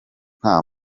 nta